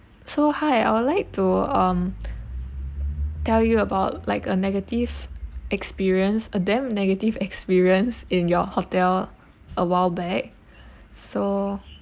so hi I would like to um tell you about like a negative experience a damn negative experience in your hotel awhile back so